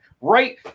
right